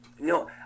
No